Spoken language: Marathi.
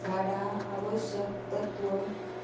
झाडा आवश्यक तत्त्व,